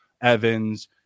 Evans